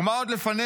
ומה עוד לפנינו?